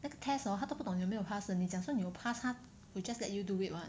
那个 test hor 他都不懂有没有 pass 的你讲说你有 pass 他 will just let you do it [one]